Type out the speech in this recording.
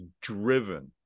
driven